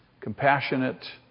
compassionate